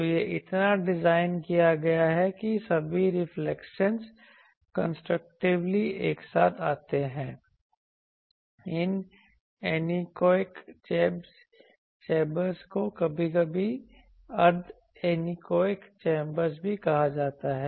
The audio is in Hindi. तो यह इतना डिज़ाइन किया गया है कि सभी रिफ्लेक्शनज़ कंस्ट्रक्टिवली एक साथ आते हैं इन एनीकोएक चैंबर्स को कभी कभी अर्ध एनीकोएक चैंबर्स भी कहा जाता है